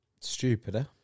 Stupider